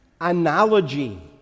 analogy